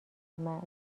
معرض